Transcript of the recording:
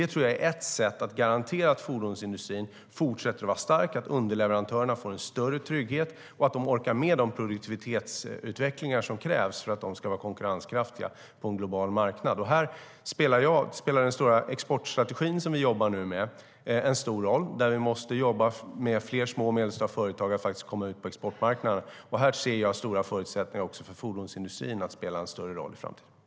Ett sätt att garantera att fordonsindustrin fortsätter att vara stark tror jag är att underleverantörerna får en större trygghet och att de orkar med de produktivitetsutvecklingar som krävs för att de ska vara konkurrenskraftiga på en global marknad. Här spelar den stora exportstrategi som vi nu jobbar med en stor roll. Vi måste jobba för att fler små och medelstora företag kommer ut på exportmarknaden. Här ser jag stora förutsättningar också för fordonsindustrin att spela en större roll framöver.